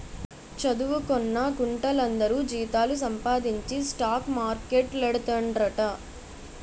చదువుకొన్న గుంట్లందరూ జీతాలు సంపాదించి స్టాక్ మార్కెట్లేడతండ్రట